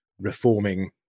reforming